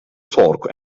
torque